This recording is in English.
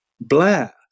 Blair